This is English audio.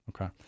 Okay